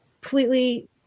completely